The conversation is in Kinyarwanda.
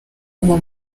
uwo